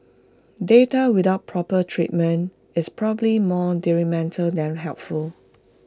data without proper treatment is probably more detrimental than helpful